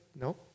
No